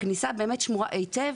הכניסה באמת שמורה היטב?